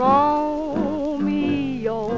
Romeo